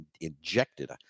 injected